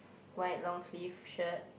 white long sleeve shirt